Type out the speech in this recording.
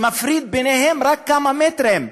שמפרידים ביניהם רק כמה מטרים.